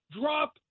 drop